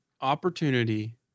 opportunity